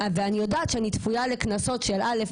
ואני יודעת שאני צפויה לקנסות של א',